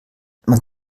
man